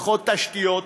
פחות תשתיות,